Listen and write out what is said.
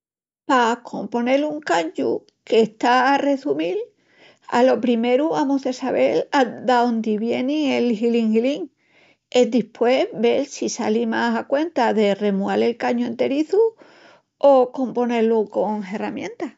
Pa componel un cañu que está a reçumil, alo primeru amus de sabel daóndi vien el hilín-hilín. Endispués, vel si sali más a cuenta de remual el cañu enterizu o de componé-lu con herramientas.